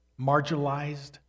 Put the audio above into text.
marginalized